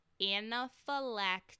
Anaphylactic